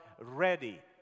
ready